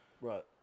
right